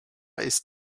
ist